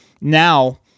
now